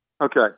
Okay